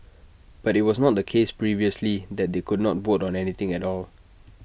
but IT was not the case previously that they could not vote on anything at all